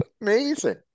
amazing